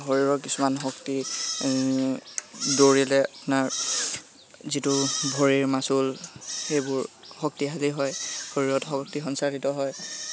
শৰীৰৰ কিছুমান শক্তি দৌৰিলে আপোনাৰ যিটো ভৰিৰ মাচুল সেইবোৰ শক্তিশালী হয় শৰীৰত শক্তি সঞ্চাৰিত হয়